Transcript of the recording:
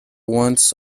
once